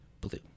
Blue